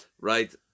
Right